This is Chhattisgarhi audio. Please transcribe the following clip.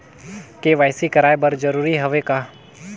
के.वाई.सी कराय बर जरूरी हवे का?